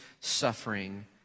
suffering